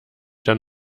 dann